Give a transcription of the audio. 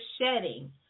shedding